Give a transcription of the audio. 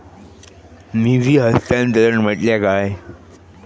निधी हस्तांतरण म्हटल्या काय?